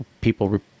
people